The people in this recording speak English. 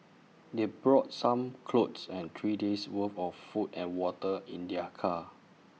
they brought some clothes and three days' worth of food and water in their car